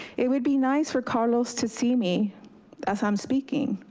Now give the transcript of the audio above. it would be nice for carlos to see me as i'm speaking,